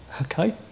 okay